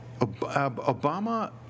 Obama